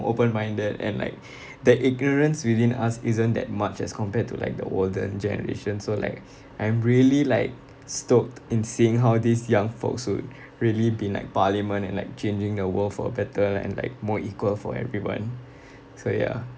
open-minded and like that ignorance within us isn't that much as compared to like the older generation so like I'm really like stoked in seeing how these young folks would really be in like parliament and like changing the world for a better like and like more equal for everyone so ya